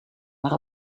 maar